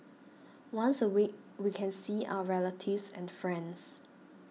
once a week we can see our relatives and friends